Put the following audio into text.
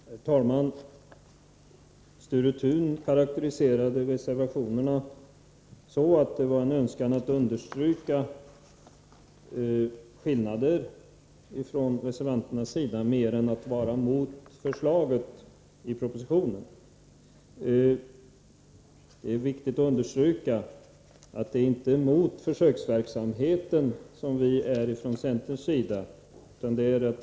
Herr talman! Sture Thun karakteriserade reservationerna så att man där mer önskade understryka skillnaderna än gå emot förslaget i propositionen. Det är viktigt att understryka att vi från centerns sida inte är emot försöksverksamheten.